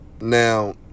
Now